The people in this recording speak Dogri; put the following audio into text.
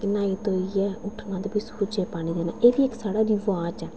न्हाई धोइयै उट्ठना ते फ्ही सूरजै गी पानी देना एह् बी इक साढ़ा रिवाज ऐ